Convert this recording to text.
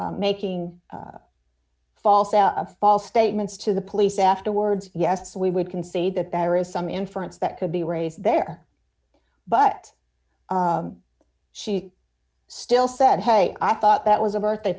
making false out false statements to the police afterwards yes we would concede that there is some inference that could be raised there but she still said hey i thought that was a birthday